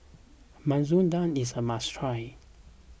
Masoor Dal is a must try